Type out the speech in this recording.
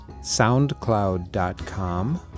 SoundCloud.com